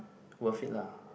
worth it lah